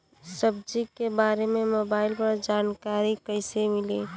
सब्जी के बारे मे मोबाइल पर जानकारी कईसे मिली?